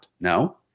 No